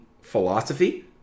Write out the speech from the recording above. philosophy